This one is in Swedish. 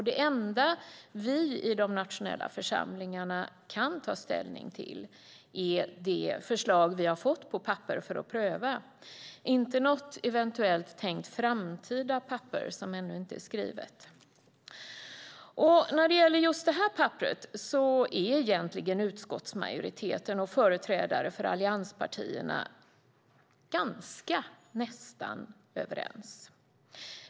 Det enda vi i de nationella församlingarna kan ta ställning till är det förslag vi har fått på papper för att pröva och inte något eventuellt tänkt framtida papper som ännu inte är skrivet. När det gäller just detta papper är egentligen utskottsmajoriteten och företrädare för allianspartierna ganska överens.